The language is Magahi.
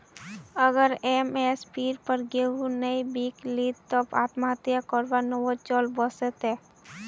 अगर एम.एस.पीर पर गेंहू नइ बीक लित तब आत्महत्या करवार नौबत चल वस तेक